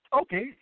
Okay